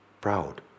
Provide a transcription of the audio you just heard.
proud